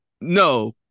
No